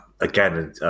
again